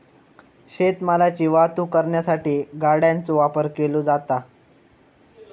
शेत मालाची वाहतूक करण्यासाठी गाड्यांचो वापर केलो जाता